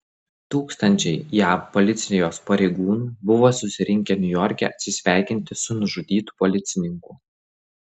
tūkstančiai jav policijos pareigūnų buvo susirinkę niujorke atsisveikinti su nužudytu policininku